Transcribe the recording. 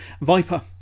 Viper